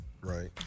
Right